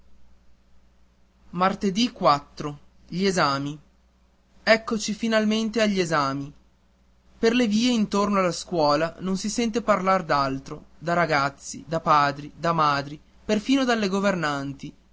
prima volta gli esami ma ccoci finalmente agli esami per le vie intorno alla scuola non si sente parlar d'altro da ragazzi da padri da madri perfino dalle governanti